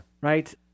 Right